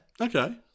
Okay